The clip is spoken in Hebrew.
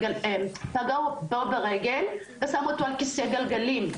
לא פגע לו ברגל ושם אותו על כיסא גלגלים?